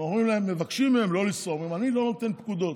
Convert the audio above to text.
אז מבקשים מהם לא לנסוע ואומרים: אני לא נותן פקודות.